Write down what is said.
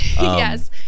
yes